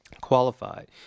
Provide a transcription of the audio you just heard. qualified